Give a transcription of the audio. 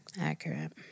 Accurate